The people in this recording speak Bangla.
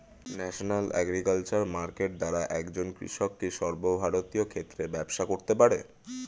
ন্যাশনাল এগ্রিকালচার মার্কেট দ্বারা একজন কৃষক কি সর্বভারতীয় ক্ষেত্রে ব্যবসা করতে পারে?